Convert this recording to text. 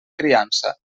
criança